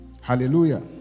Hallelujah